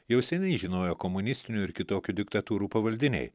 jau seniai žinojo komunistinių ir kitokių diktatūrų pavaldiniai